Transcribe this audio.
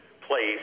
place